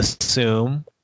assume